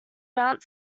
mount